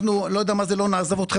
אני לא יודע מה זה "לא נעזוב אתכם",